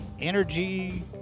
Energy